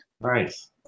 Nice